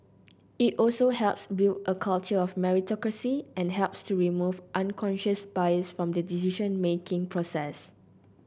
it also helps build a culture of meritocracy and helps to remove unconscious bias from the decision making process